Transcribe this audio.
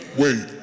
wait